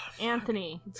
Anthony